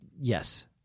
Yes